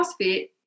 CrossFit